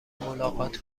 ملاقات